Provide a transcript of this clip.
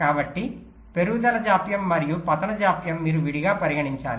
కాబట్టి పెరుగుదల జాప్యం మరియు పతనం జాప్యాన్ని మీరు విడిగా పరిగణించాలి